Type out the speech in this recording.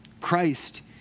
Christ